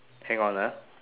hang on ah